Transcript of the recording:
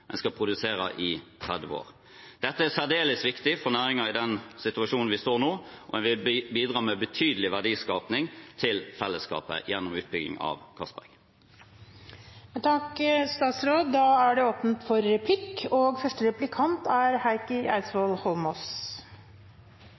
En skal produsere i 30 år. Dette er særdeles viktig for næringen i den situasjonen vi står i nå, og en vil bidra med betydelig verdiskaping til fellesskapet gjennom utbygging av Johan Castberg-feltet. Det blir replikkordskifte. Statsråden viser jo at denne saken er en sak der departement og politiske myndigheter ikke er